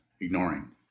ignoring